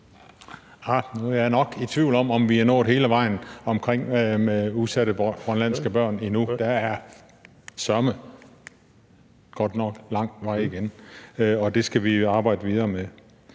er jeg nok i tvivl om, om vi er nået hele vejen allerede, hvad angår udsatte grønlandske børn. Der er søreme godt nok lang vej igen, og det skal vi arbejde videre med.